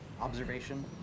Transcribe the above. observation